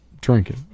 drinking